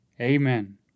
Amen